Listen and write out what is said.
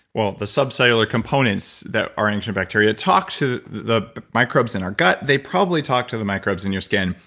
well, the subcellular components that are ancient bacteria, talks to the microbes in our gut. they probably talk to the microbes in your skin.